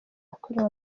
yakorewe